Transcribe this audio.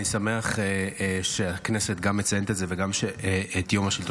אני שמח שהכנסת גם מציינת את יום השלטון